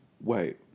Wait